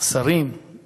השר הנגבי